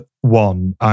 one